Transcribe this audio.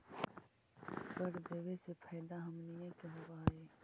कर देबे से फैदा हमनीय के होब हई